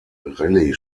rallye